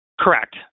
Correct